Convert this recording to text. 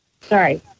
Sorry